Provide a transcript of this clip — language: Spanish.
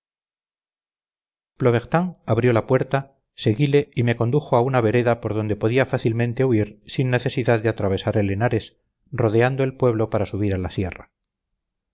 plobertin abrió la puerta seguile y me condujo a una vereda por donde podía fácilmente huir sin necesidad de atravesar el henares rodeando el pueblo para subir a la sierra